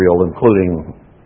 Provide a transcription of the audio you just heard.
including